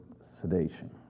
sedation